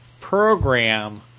program